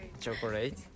Chocolate